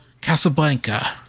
Casablanca